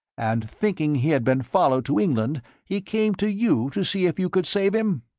and thinking he had been followed to england he came to you to see if you could save him?